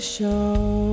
Show